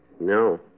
No